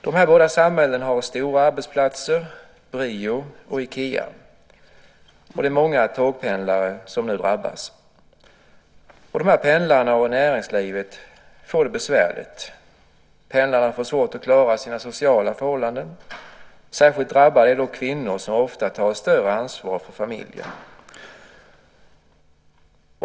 De här båda samhällena har stora arbetsplatser - Brio och Ikea. Det är många tågpendlare som nu drabbas. De här pendlarna och näringslivet får det besvärligt. Pendlarna får svårt att klara sina sociala förhållanden. Särskilt drabbade är kvinnor, som ofta tar ett större ansvar för familjen.